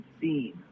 seen